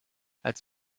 als